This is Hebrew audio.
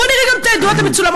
בוא ונראה גם את העדויות המצולמות,